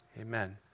Amen